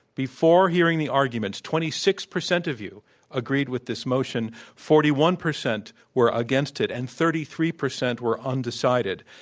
before hearing the arguments twenty six percent of you agreed with this motion, forty one percent were against it, and thirty three percent were undecided.